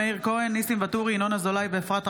הודעה לסגנית מזכיר הכנסת, בבקשה.